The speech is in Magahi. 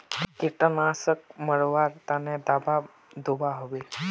कीटनाशक मरवार तने दाबा दुआहोबे?